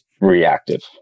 reactive